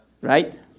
Right